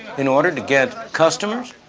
in order to get customers,